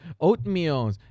oatmeal